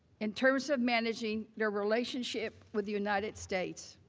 in terms of managing their relationship with the united states.